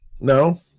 No